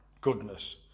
goodness